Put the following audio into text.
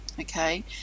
okay